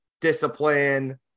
discipline